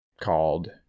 called